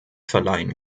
verleihen